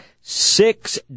six